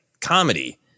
comedy